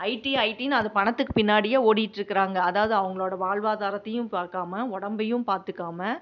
ID ஐடின்னு அது பணத்துக்கு பின்னாடியே ஓடிட்டிருக்கறாங்க அதாவது அவங்களோட வாழ்வாதாரத்தையும் பார்க்காம உடம்பையும் பார்த்துக்காம